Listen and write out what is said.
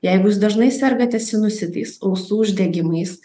jeigu jūs dažnai sergate sinusitais ausų uždegimais